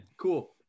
Cool